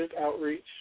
outreach